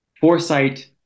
Foresight